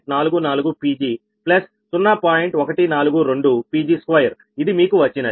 142 Pg2ఇది మీకు వచ్చినది